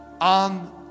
On